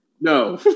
no